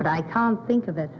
but i can't think of that